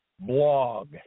Blog